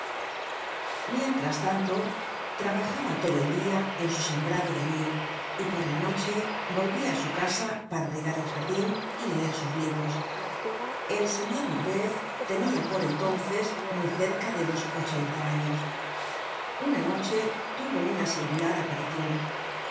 mientras tanto trabajaba todo el dia en su sembrado de añil y por la noche volvia á su casa para regar el jardin y leer sus libros el señor mabeuf tenia por entonces muy cerca de los ochenta años una noche tuvo una singular aparicion